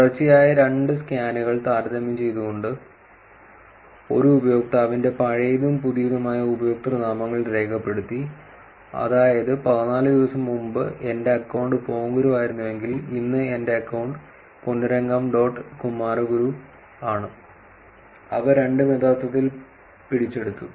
തുടർച്ചയായ രണ്ട് സ്കാനുകൾ താരതമ്യം ചെയ്തുകൊണ്ട് ഒരു ഉപയോക്താവിന്റെ പഴയതും പുതിയതുമായ ഉപയോക്തൃനാമങ്ങൾ രേഖപ്പെടുത്തി അതായത് പതിനാല് ദിവസം മുമ്പ് എന്റെ അക്കൌണ്ട് പോങ്കുരു ആയിരുന്നുവെങ്കിൽ ഇന്ന് എന്റെ അക്കൌണ്ട് പൊന്നുരംഗം ഡോട്ട് കുമാരഗുരു ആണ് അവ രണ്ടും യഥാർത്ഥത്തിൽ പിടിച്ചെടുത്തു